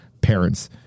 parents